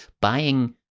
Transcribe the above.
buying